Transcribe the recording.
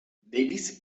davis